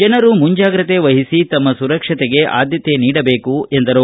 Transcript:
ಜನರು ಮುಂಜಾಗ್ರತೆ ವಹಿಸಿ ತಮ್ಮ ಸುರಕ್ಷತೆಗೆ ಆದ್ದತೆ ನೀಡಬೇಕು ಎಂದರು